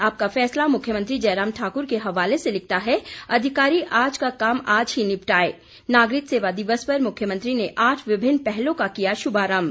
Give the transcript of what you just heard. आपका फैसला मुख्यमंत्री जयराम ठाकुर के हवाले से लिखता है अधिकारी आज का काम आज ही निपटाएं नागरिक सेवा दिवस पर मुख्यमंत्री ने आठ विभिन्न पहलों का किया शुमारम्म